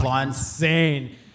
insane